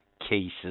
cases